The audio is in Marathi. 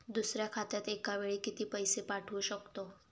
दुसऱ्या खात्यात एका वेळी किती पैसे पाठवू शकतो?